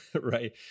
right